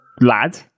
lad